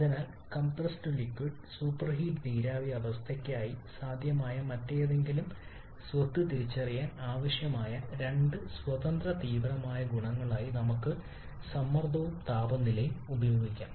അതിനാൽ compressed liquid superheated നീരാവി അവസ്ഥയ്ക്കായി സാധ്യമായ മറ്റേതെങ്കിലും സ്വത്ത് തിരിച്ചറിയാൻ ആവശ്യമായ രണ്ട് സ്വതന്ത്ര തീവ്രമായ ഗുണങ്ങളായി നമുക്ക് സമ്മർദ്ദവും താപനിലയും ഉപയോഗിക്കാം